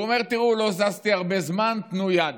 הוא אומר: תראו, לא זזתי הרבה זמן, תנו יד.